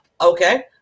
Okay